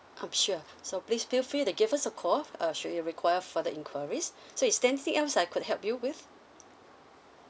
um sure so please feel free to give us a call f~ uh should you require further enquiries so is there anything else I could help you with